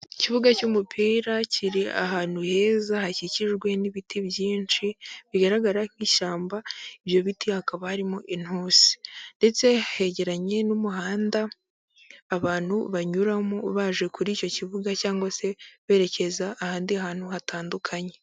Ikibuga cy'umupira kiri ahantu heza hakikijwe n'ibiti byinshi, bigaragara nk'ishyamba, ibyo biti hakaba harimo intusi, ndetse hegeranye n'umuhanda abantu banyuramo baje kuri icyo kibuga cyangwa se berekeza ahandi hantu hatandukanye.